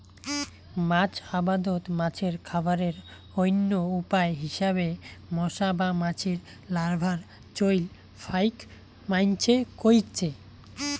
মাছ আবাদত মাছের খাবারের অইন্য উপায় হিসাবে মশা বা মাছির লার্ভার চইল ফাইক মাইনষে কইরচে